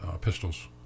pistols